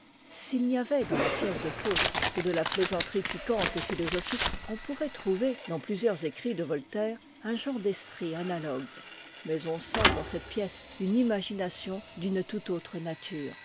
s'il n'y avait dans la pièce de faim que de la plaisanterie piquante et philosophique on pourrait trouver dans plusieurs écrits de voltaire un genre d'esprit analogue mais on sent dans cette pièce une imagination d'une tout autre nature